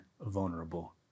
vulnerable